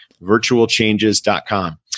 Virtualchanges.com